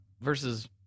versus